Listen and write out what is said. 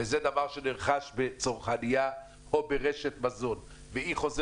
זה דבר שנרכש בצרכנייה או ברשת מזון,